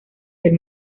del